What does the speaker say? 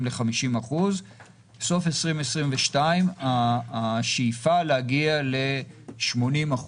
בסוף 2022 השאיפה היא להגיע ל-80%.